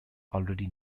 already